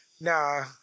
Nah